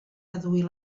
reduir